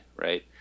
right